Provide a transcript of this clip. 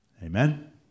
Amen